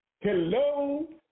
Hello